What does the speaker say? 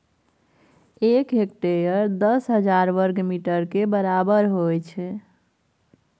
एक हेक्टेयर दस हजार वर्ग मीटर के बराबर होय हय